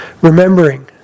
remembering